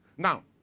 Now